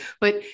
but-